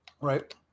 right